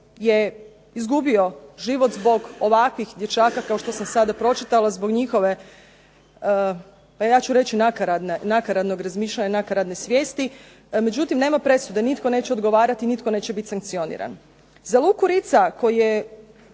je izgubio život zbog ovakvih dječaka kao što sam sada pročitala, zbog njihove ja ću reći nakaradnog razmišljanja, nakaradne svijesti. Međutim nema presude, nitko neće odgovarati, nitko neće biti sankcioniran. Za Luku Ritza koji je